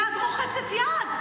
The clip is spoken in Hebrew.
יד רוחצת יד.